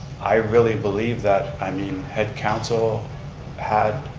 i really believe that, i mean, had council had